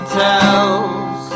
tells